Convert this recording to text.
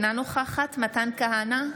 אינה נוכחת מתן כהנא,